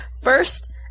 First